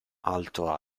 alto